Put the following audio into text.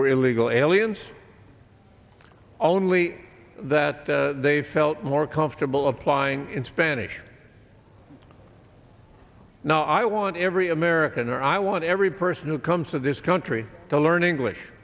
were illegal aliens only that they felt more comfortable applying in spanish now i want every american or i want every person who comes to this country to learn english